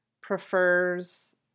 prefers